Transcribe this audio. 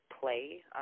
play